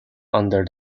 under